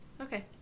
Okay